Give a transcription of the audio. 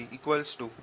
S